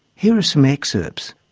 here are some excerpts.